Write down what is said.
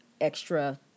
extra